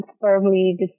firmly